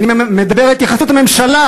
אני מדבר על התייחסות הממשלה,